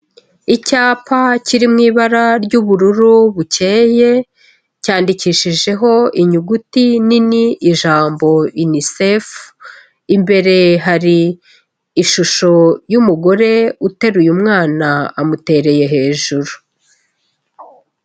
Icyapa kiri mu ibara ry'ubururu bukeye cyandikishijeho inyuguti nini, ijambo UNICEF, imbere hari ishusho y'umugore uteruye umwana, amutereye hejuru.